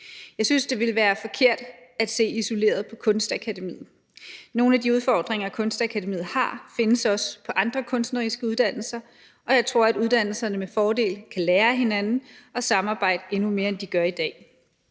Jeg synes, det ville være forkert at se isoleret på Kunstakademiet. Nogle af de udfordringer, Kunstakademiet har, findes også på andre kunstneriske uddannelser, og jeg tror, at uddannelserne med fordel kan lære af hinanden og samarbejde endnu mere, end de gør i dag.